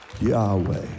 Yahweh